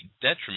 detriment